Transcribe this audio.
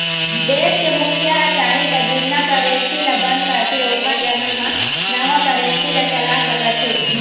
देश के मुखिया ह चाही त जुन्ना करेंसी ल बंद करके ओखर जघा म नवा करेंसी ला चला सकत हे